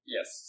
Yes